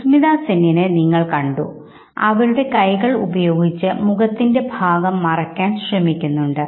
സുസ്മിത സെന്നിനെ നിങ്ങൾ കണ്ടു അവരുടെ കൈകൾ ഉപയോഗിച്ച് മുഖത്തിന്റെ ഭാഗം മറയ്ക്കാൻ ശ്രമിക്കുന്നുണ്ട്